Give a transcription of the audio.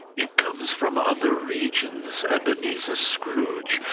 it comes from other regions, ebenezer scrooge,